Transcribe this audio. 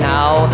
Now